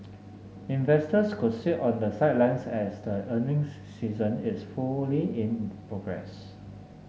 investors could sit on the sidelines as the earnings season is fully in progress